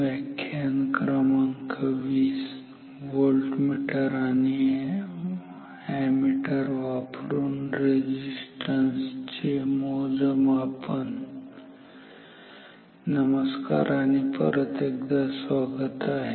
voltmeter आणि ammeter वापरुन resistance चे मोजमापन नमस्कार आणि परत एकदा स्वागत आहे